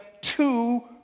two